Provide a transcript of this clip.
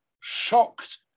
shocked